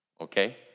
okay